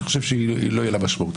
אני חושב שלא תהיה לה משמעות,